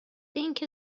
اینکه